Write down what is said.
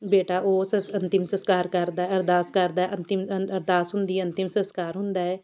ਬੇਟਾ ਓਸ ਅੰਤਿਮ ਸੰਸਕਾਰ ਕਰਦਾ ਅਰਦਾਸ ਕਰਦਾ ਅੰਤਿਮ ਅ ਅਰਦਾਸ ਹੁੰਦੀ ਹੈ ਅੰਤਿਮ ਸੰਸਕਾਰ ਹੁੰਦਾ ਏ